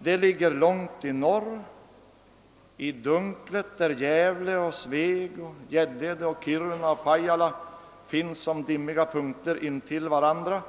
Dessa tillgångar ligger långt i norr, i dunklet där Gävle och Sveg och Gäddede och Kiruna och Pajala finns som dimmiga punkter intill varandra